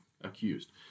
accused